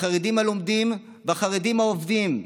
החרדים הלומדים והחרדים העובדים,